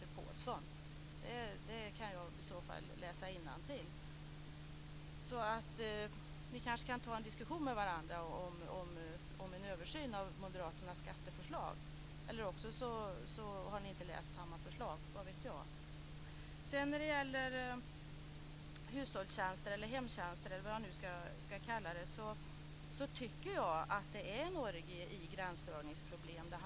Partikollegan heter Pålsson. Jag skulle kunna läsa innantill vad hon har sagt. Ni kanske kan ta en diskussion med varandra om en översyn av Moderaternas skatteförslag eller också kanske ni inte har läst samma förslag, vad vet jag? När det sedan gäller hushållstjänster, hemtjänster eller vad man nu ska kalla dem tycker jag att det handlar om en orgie i gränsdragningsproblem.